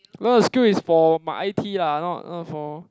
no the skill is for my i_t lah not not for